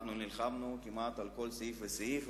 אנחנו נלחמנו כמעט על כל סעיף וסעיף,